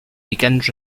begins